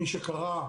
מי שקרא,